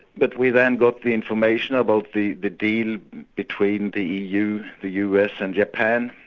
but we then got the information about the the deal between the eu, the us and japan,